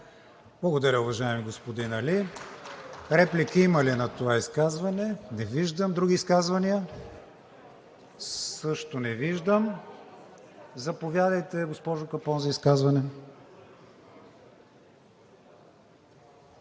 Благодаря, уважаеми господин Али. Реплики има ли на това изказване? Не виждам. Други изказвания? Заповядайте, госпожо Капон, за изказване.